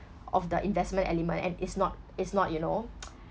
of the investment element and it's not it's not you know